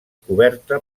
coberta